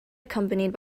accompanied